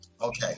Okay